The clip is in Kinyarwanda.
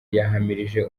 yahamirije